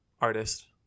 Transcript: Artist